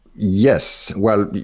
yes. well,